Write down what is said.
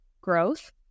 growth